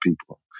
people